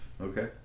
okay